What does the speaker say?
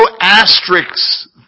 asterisks